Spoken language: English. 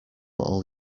all